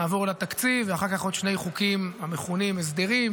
נעבור לתקציב ואחר כך עוד שני חוקים המכונים הסדרים,